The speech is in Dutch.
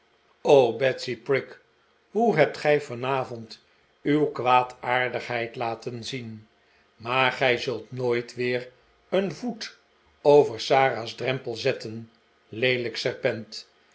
betsy prig hoe hebt gij vanavond uw kwaadaardigheid laten zien maar gij zult nooit weer een voet over sara's drempel zetten leelijk serpent